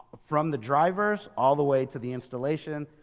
from the drivers all the way to the installation.